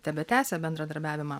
tebetęsią bendradarbiavimą